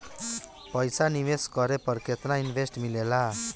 पईसा निवेश करे पर केतना इंटरेस्ट मिलेला?